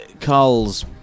Carl's